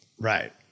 Right